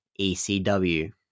ECW